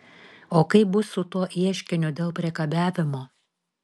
o kaip bus su tuo ieškiniu dėl priekabiavimo